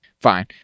fine